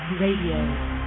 Radio